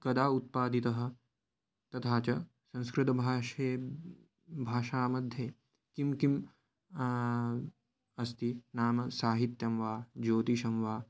कदा उत्पादितः तथा च संस्कृतभाषा भाषा मध्ये किं किम् अस्ति नाम साहित्यं वा ज्योतिषं वा